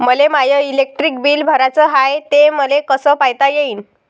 मले माय electric bill भराचं हाय, ते मले कस पायता येईन?